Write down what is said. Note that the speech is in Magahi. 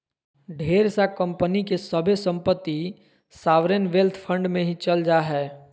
ढेर सा कम्पनी के सभे सम्पत्ति सॉवरेन वेल्थ फंड मे ही चल जा हय